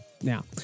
Now